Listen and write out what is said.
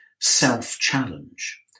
self-challenge